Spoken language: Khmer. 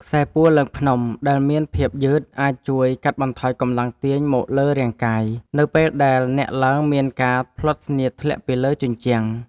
ខ្សែពួរឡើងភ្នំ ដែលមានភាពយឺតអាចជួយកាត់បន្ថយកម្លាំងទាញមកលើរាងកាយ នៅពេលដែលអ្នកឡើងមានការភ្លាត់ស្នៀតធ្លាក់ពីលើជញ្ជាំង។